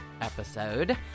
episode